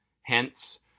Hence